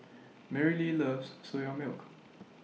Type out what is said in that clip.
Merrily loves Soya Milk